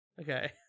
Okay